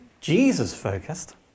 Jesus-focused